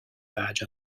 badge